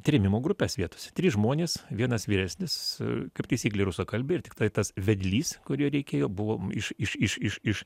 trėmimų grupes vietos trys žmonės vienas vyresnis kaip taisyklė rusakalbiai ir tiktai tas vedlys kurio reikėjo buvo iš iš iš iš iš